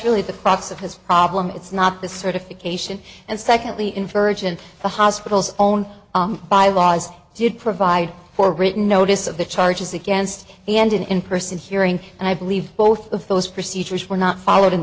really the crux of his problem it's not the certification and secondly inversion the hospitals own bylaws did provide for written notice of the charges against the end in person hearing and i believe both of those procedures were not followed in